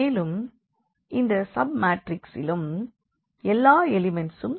மேலும் இந்த சப் மாற்றிக்ஸிலும் எல்லா எலிமண்ட்சும் 0